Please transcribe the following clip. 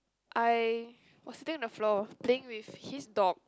I was sitting on the floor playing with his dog